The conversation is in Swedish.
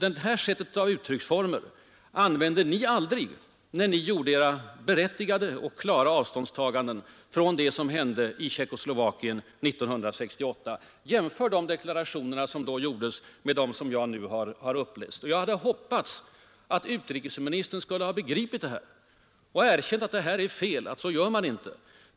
Sådana här uttrycksformer använde ni aldrig när ni gjorde era berättigade och klara avståndstaganden från det som hände i Tjeckoslovakien 1968. Jämför de deklarationer som då gjordes med dem som jag nu har läst upp! Jag hade hoppats att utrikesministern skulle ha begripit detta och erkänt att det är fel — att så gör man inte.